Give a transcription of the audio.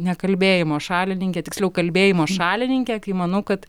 nekalbėjimo šalininkė tiksliau kalbėjimo šalininkė kai manau kad